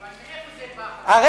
אבל מאיפה זה בא, חבר הכנסת גפני?